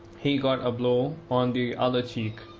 he got a blow on the other cheek,